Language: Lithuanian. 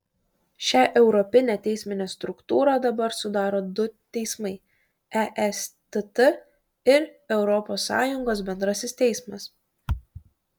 šią europinę teisminę struktūrą dabar sudaro du teismai estt ir europos sąjungos bendrasis teismas